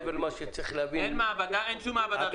מעבר למה שצריך להבין -- אין שום מעבדה בינתיים.